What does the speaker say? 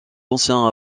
anciens